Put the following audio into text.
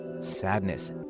sadness